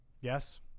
Yes